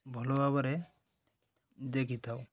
ଭଲ ଭାବରେ ଦେଖିଥାଉ